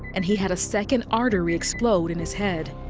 and he had a second artery explode in his head.